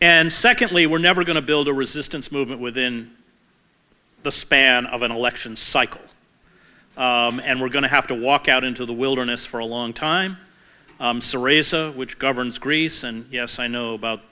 and secondly we're never going to build a resistance movement within the span of an election cycle and we're going to have to walk out into the wilderness for a long time which governs greece and yes i know about